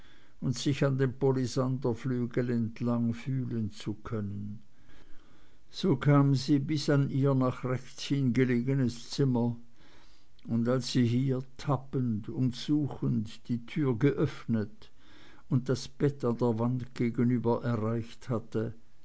und sich an dem palisanderflügel entlangfühlen zu können so kam sie bis an ihr nach rechts hin gelegenes zimmer und als sie hier tappend und suchend die tür geöffnet und das bett an der wand gegenüber erreicht hatte